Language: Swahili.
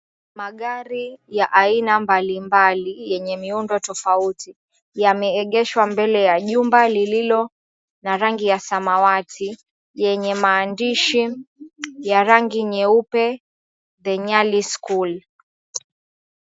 Magari ya aina mbali mbali yenye miundo tofauti yameegeshwa kwa jumba lilo na rangi ya samawati yenye maandishi ya rangi nyeupe, The Nyali School.